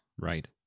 Right